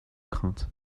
crainte